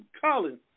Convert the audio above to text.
Colin